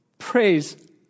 praise